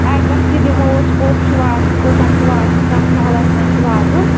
address تہِ دِمو أسۍ کوٚت چھُ واتُن کوٚتَن چھُ واتُن کَتھ محلس منٛز چھُ واتُن